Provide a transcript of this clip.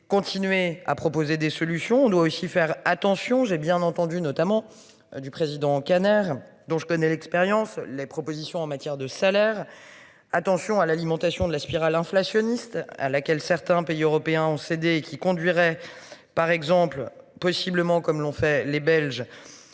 continuer à proposer des solutions. On doit aussi faire attention j'ai bien entendu notamment du président Kader dont je connais l'expérience les propositions en matière de salaire. Attention à l'alimentation de la spirale inflationniste à laquelle certains pays européens ont cédé qui conduirait. Par exemple, possiblement comme l'ont fait les belges.